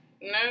no